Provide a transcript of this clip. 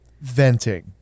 venting